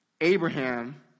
Abraham